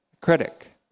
critic